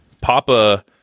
Papa